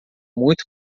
muito